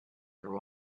for